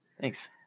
Thanks